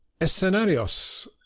Escenarios